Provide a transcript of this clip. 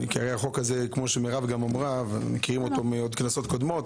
אנחנו מכירים את החוק הזה מכנסות קודמות,